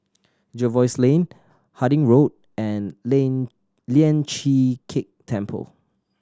Jervois Lane Harding Road and Lian Chee Kek Temple